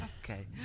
Okay